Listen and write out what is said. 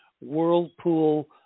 whirlpool